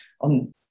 on